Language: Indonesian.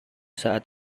saat